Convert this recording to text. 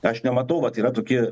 aš nematau vat yra tokie